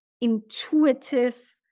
intuitive